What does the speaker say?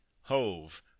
hove